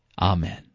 Amen